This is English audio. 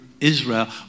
Israel